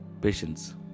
Patience